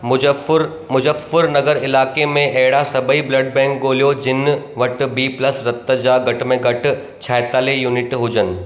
मुजफुर मुज़फ्फरनगर इलाइक़े में अहिड़ा सभेई ब्लड बैंक ॻोल्हियो जिनि वटि बी प्लस रत जा घटि में घटि छाहेतालीह यूनिट हुजनि